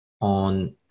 on